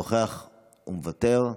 נוכח ומוותר,